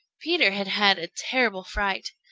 peter had had a terrible fright.